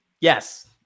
Yes